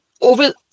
over